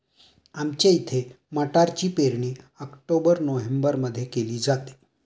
आमच्या इथे मटारची पेरणी ऑक्टोबर नोव्हेंबरमध्ये केली जाते